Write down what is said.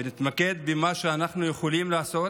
ונתמקד במה שאנחנו יכולים לעשות